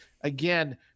again